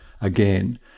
again